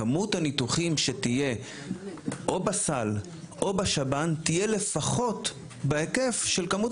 כמות הניתוחים שתהיה או בסל או בשב"ן תהיה לפחות בהיקף של כמות